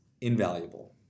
invaluable